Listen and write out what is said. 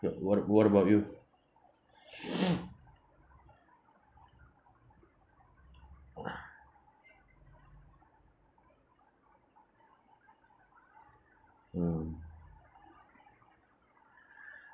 ya what what about you mm